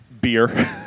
beer